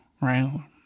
right